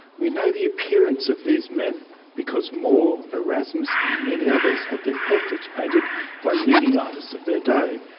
we know the appearance of these men because more, erasmus and many others had their portraits painted by leading artists of their day,